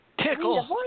Tickle